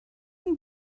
and